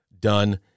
done